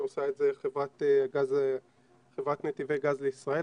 שעושה את זה חברת 'נתיבי גז לישראל',